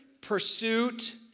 pursuit